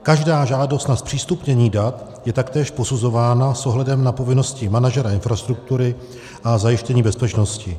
Každá žádost o zpřístupnění dat je taktéž posuzována s ohledem na povinnosti manažera infrastruktury a zajištění bezpečnosti.